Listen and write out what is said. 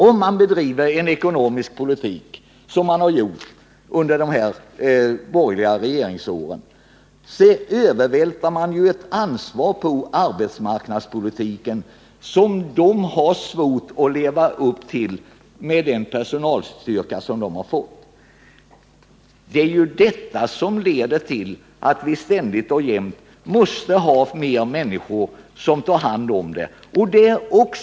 Om man bedriver en sådan ekonomisk politik som man har gjort under de borgerliga regeringsåren övervältrar man ju ett ansvar för arbetsmarknadspolitiken på arbetsmarknadsverket som verket har svårt att leva upp till med den personalstyrka som verket har. Det är ju den politiken som leder till att vi ständigt och jämt måste ha fler människor som tar hand om arbetsmarknadsproblemen.